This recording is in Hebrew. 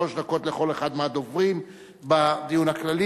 שלוש דקות לכל אחד מהדוברים בדיון הכללי.